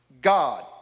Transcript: God